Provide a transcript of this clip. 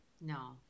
No